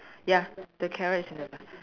ya the carrot is in the ba~